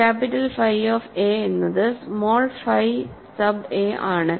capital phi of a എന്നത് small phi sub a ആണ്